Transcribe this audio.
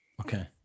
Okay